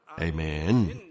Amen